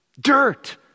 dirt